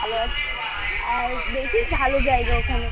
ভালো আছি আর দেখিস ভালো জায়গা ওখানে